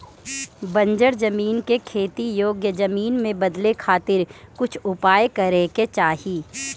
बंजर जमीन के खेती योग्य जमीन में बदले खातिर कुछ उपाय करे के चाही